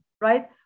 right